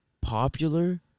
popular